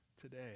today